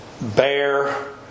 bear